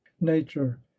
nature